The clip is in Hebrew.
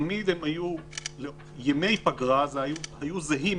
ימי הפגרה היו זהים,